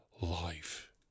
life